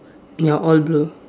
ya all blue